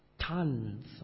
tons